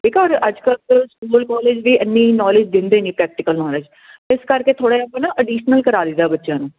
ਠੀਕ ਆ ਔਰ ਅੱਜ ਕੱਲ ਸਕੂਲ ਕੋਲਜ ਵੀ ਅੱਜ ਕੱਲ ਐਨੀ ਨੋਲਜ ਦਿੰਦੇ ਨੀ ਪ੍ਰੈਕਟੀਕਲੀ ਇਸ ਕਰਕੇ ਥੋੜਾ ਜਿਹਾ ਆਪਾਂ ਨਾ ਅਡੀਸ਼ਨਲ ਕਰਾ ਦੀਦਾ ਬੱਚਿਆਂ ਨੂੰ